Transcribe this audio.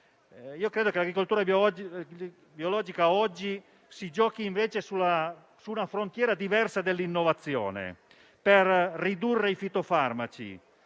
e arretrato. L'agricoltura biologica oggi si gioca, invece, su una frontiera diversa, quella dell'innovazione, per ridurre i fitofarmaci,